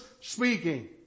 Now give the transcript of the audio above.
speaking